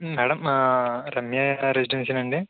madam Ramya రెసిడెన్షియలండి